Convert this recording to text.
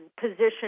position